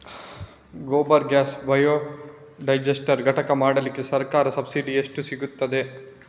Gobar gas biodigester ಘಟಕ ಮಾಡ್ಲಿಕ್ಕೆ ಸರ್ಕಾರದ ಸಬ್ಸಿಡಿ ಎಷ್ಟು ಸಿಕ್ತಾದೆ?